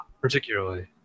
particularly